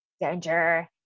danger